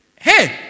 Hey